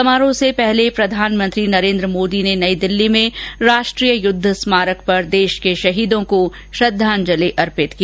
समारोह से पहले प्रधानमंत्री नरेन्द्र मोदी ने नई दिल्ली में राष्ट्रीय युद्ध स्मारक पर देश के शहीदों को श्रद्धांजलि अर्पित की